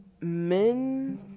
men